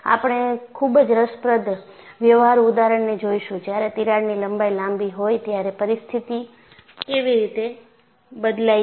આપણે ખૂબ જ રસપ્રદ વ્યવહારુ ઉદાહરણોને જોઈશું જ્યારે તિરાડની લંબાઈ લાંબી હોય ત્યારે પરિસ્થિતિ કેવી રીતે બદલાય છે